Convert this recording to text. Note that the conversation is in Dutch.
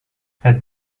het